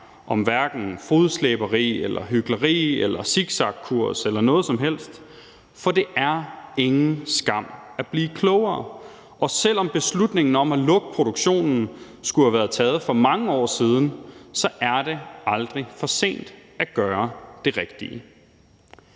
om hverken fodslæberi, hykleri, zigzagkurs eller noget som helst andet. For det er ingen skam at blive klogere, og selv om beslutningen om at lukke produktionen skulle have været taget for mange år siden, er det aldrig for sent at gøre det rigtige.